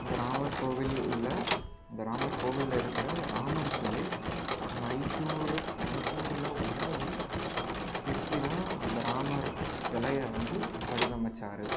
அந்த ராமர் கோவில் உள்ள அந்த ராமர் கோவிலில் இருக்கிற ராமர் சிலை மைசூர் மைசூரில் உள்ள ஒரு சிற்பிதான் அந்த ராமர் சிலையை வந்து வடிவமைச்சார்